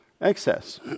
excess